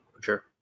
sure